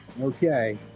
Okay